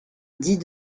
dit